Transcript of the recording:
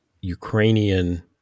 Ukrainian